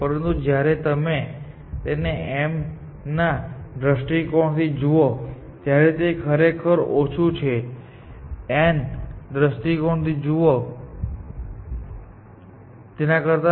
પરંતુ જ્યારે તમે તેને m ના દૃષ્ટિકોણથી જુઓ છો ત્યારે તે ખરેખર ઓછું છે n ના દ્રષ્ટિકોણથી જુઓ છો તેના કરતા